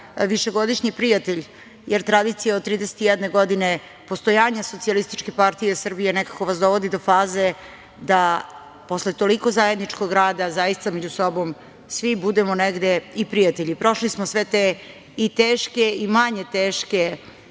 višegodišnji prijatelj, jer tradicija od 31 godine postojanja SPS nekako vas dovodi do faze da posle toliko zajedničkog rada zaista među sobom svi budemo negde i prijatelji. Prošli smo sve te i teške i manje teške